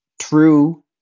true